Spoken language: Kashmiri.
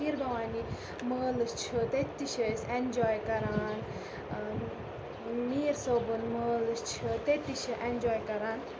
خیٖربھوانی مٲلہٕ چھِ تتہِ تہِ چھِ أسۍ اٮ۪نجاے کَران میٖر صٲبُن مٲلہٕ چھِ تتہِ تہِ چھِ اٮ۪نجاے کَران